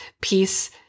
peace